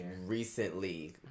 recently